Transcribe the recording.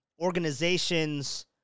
organizations